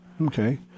Okay